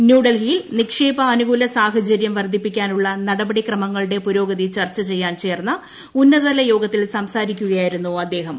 ന്യൂഡൽഹിയിൽ നിക്ഷേപനുകൂല സാഹചര്യം വർദ്ധിപ്പിക്കാനുള്ള നടപടിക്രമങ്ങളുടെ പുരോഗതി ചർച്ച ചെയ്യാൻ ചേർന്ന ഉന്നതതല യോഗത്തിൽ സംസാരിക്കുകയായിരുന്നു അദ്ദേഹം